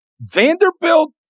Vanderbilt